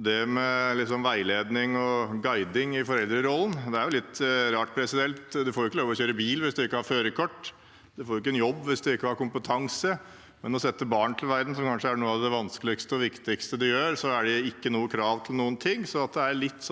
gjelder veiledning og guiding i foreldrerollen. Det er litt rart – man får ikke lov til å kjøre bil hvis man ikke har førerkort, man får ikke en jobb hvis man ikke har kompetanse, men når det gjelder å sette barn til verden, som kanskje er noe av det vanskeligste og viktigste man gjør, er det ikke noe krav til noen ting. At det er litt